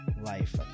life